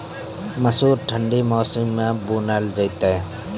मसूर ठंडी मौसम मे बूनल जेतै?